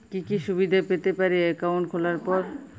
কি কি সুবিধে পেতে পারি একাউন্ট খোলার পর?